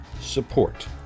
support